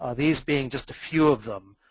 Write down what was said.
ah these being just a few of them.